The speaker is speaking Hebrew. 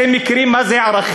אתם יודעים מה זה ערכים,